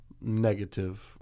negative